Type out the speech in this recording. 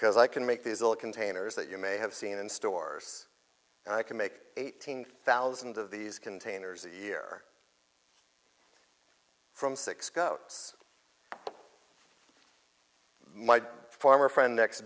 because i can make these little containers that you may have seen in stores and i can make eighteen thousand of these containers a year from six go my former friend next